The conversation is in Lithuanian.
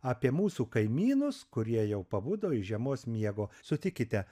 apie mūsų kaimynus kurie jau pabudo iš žiemos miego sutikite